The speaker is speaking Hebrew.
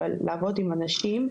אבל לעבוד עם אנשים,